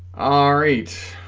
all right